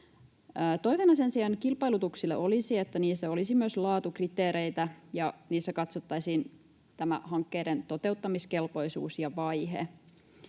Toiveena sen sijaan kilpailutuksille olisi, että niissä olisi myös laatukriteereitä ja niissä katsottaisiin tämä hankkeiden toteuttamiskelpoisuus ja ‑vaihe.